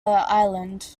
island